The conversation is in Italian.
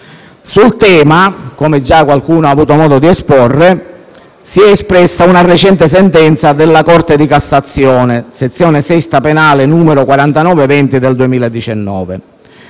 Sul tema, come già qualcuno ha avuto modo di esporre, si è espressa una recente sentenza della Corte di cassazione (sezione VI penale, n. 4920 del 2019)